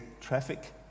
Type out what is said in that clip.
traffic